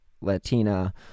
Latina